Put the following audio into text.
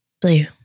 Blue